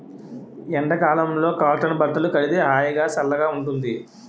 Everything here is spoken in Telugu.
ఎండ కాలంలో కాటన్ బట్టలు కడితే హాయిగా, సల్లగా ఉంటుంది